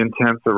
intense